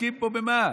מתעסקים פה, במה?